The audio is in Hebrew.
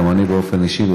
גם אני באופן אישי,